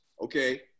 okay